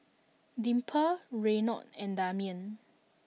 Dimple Reynold and Damian